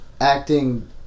acting